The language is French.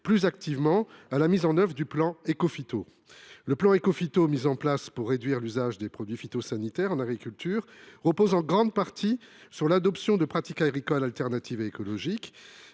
plus activement à la mise en œuvre du plan Écophyto. Mis en place pour réduire l’usage des produits phytosanitaires en agriculture, ce plan repose en grande partie sur l’adoption de pratiques agricoles alternatives et écologiques.